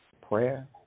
prayer